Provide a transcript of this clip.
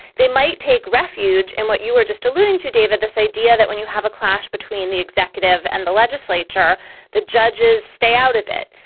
they might take refuge in what you were just alluding to david this idea that when you have a clash between the executive and the legislature the judges stay out of it.